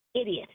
idiot